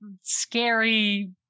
scary